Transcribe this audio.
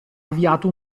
avviato